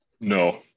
no